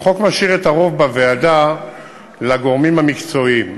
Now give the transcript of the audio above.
החוק משאיר את הרוב בוועדה לגורמים המקצועיים,